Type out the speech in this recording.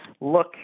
look